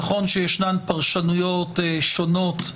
נכון שיש פרשנויות שונות,